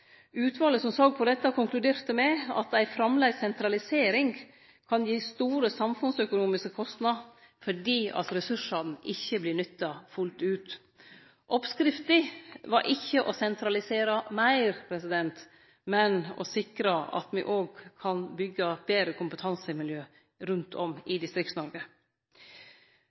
Utvalet som såg på dette, konkluderte med at ei framleis sentralisering kan gi store samfunnsøkonomiske kostnader, fordi ressursane ikkje vert nytta fullt ut. Oppskrifta var ikkje å sentralisere meir, men å sikre at me òg kan byggje betre kompetansemiljø rundt om i